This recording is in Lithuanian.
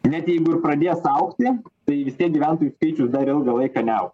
net jeigu ir pradės augti tai vis tiek gyventojų skaičius dar ilgą laiką neaugs